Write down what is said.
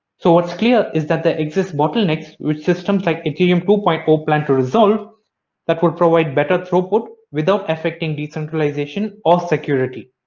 so what's clear is that there exist bottlenecks with systems like ethereum two point zero plan to resolve that would provide better throughput without affecting decentralization or security.